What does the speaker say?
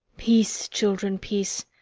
peace, children, peace!